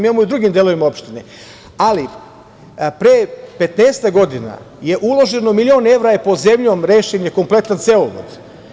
Imamo i u drugim delovima opštine, ali pre petnaestak godina je uloženo milion evra i pod zemljom je rešen kompletan cevovod.